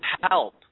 help